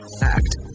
act